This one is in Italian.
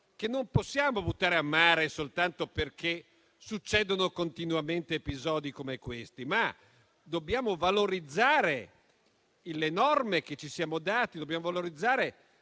che non possiamo buttare a mare soltanto perché succedono continuamente episodi come questi. Dobbiamo piuttosto valorizzare le norme che ci siamo dati e i modi che